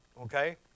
Okay